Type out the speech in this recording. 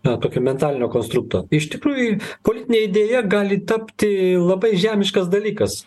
na tokio mentalinio konstrukto iš tikrųjų politinė idėja gali tapti labai žemiškas dalykas